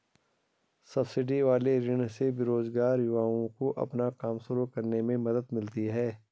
subsidy वाले ऋण से बेरोजगार युवाओं को अपना काम शुरू करने में मदद मिलती है